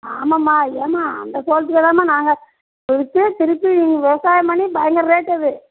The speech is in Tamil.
ஆமாம்மா ஏம்மா அந்த சோளத்திலதாம்மா நாங்கள் எடுத்து திருப்பி விவசாயம் பண்ணி பயங்கர ரேட்டு அது